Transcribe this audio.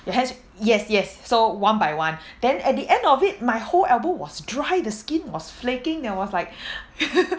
it has yes yes so one by one then at the end of it my whole elbow was dry the skin was flaking there was like